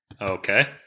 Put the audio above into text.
Okay